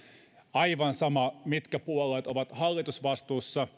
aivan sama mitkä puolueet ovat hallitusvastuussa